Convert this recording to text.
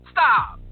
Stop